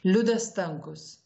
liudas stankus